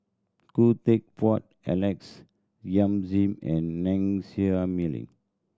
Khoo Teck Puat Alex Yam Ziming and Meaning